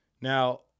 Now